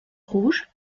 rouge